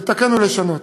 לתקן ולשנות.